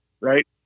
right